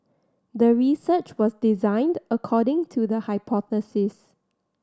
the research was designed according to the hypothesis